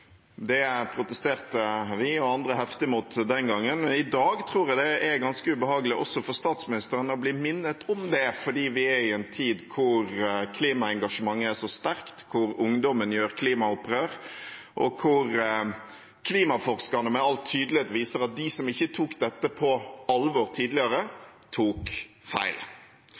Det protesterte vi og andre heftig mot den gangen. I dag tror jeg det er ganske ubehagelig for statsministeren å bli minnet om det, fordi vi er i en tid da klimaengasjementet er så sterkt, der ungdommen gjør klimaopprør, og der klimaforskerne med all tydelighet viser at de som ikke tok dette på alvor tidligere, tok feil.